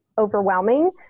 overwhelming